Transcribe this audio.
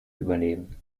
übernehmen